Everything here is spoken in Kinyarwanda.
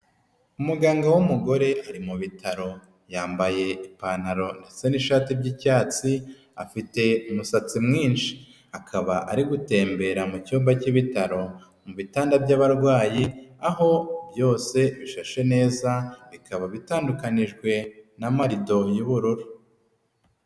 Umuganga w'umugore ari mu bitaro yambaye ipantaro ndetse n'ishati by'icyatsi afite umusatsi mwinshi akaba ari gutembera mu cyumba cy'ibitaro mu bitanda by'abarwayi aho byose bishashe neza bikaba bitandukanijwe n'amarido y'ubururu.